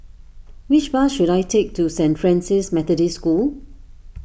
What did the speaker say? which bus should I take to Saint Francis Methodist School